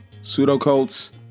pseudo-cults